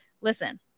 Listen